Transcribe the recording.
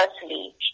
firstly